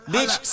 Bitch